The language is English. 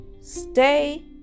Stay